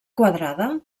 quadrada